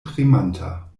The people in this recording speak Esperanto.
premanta